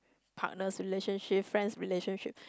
partners relationship friends relationship